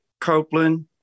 copeland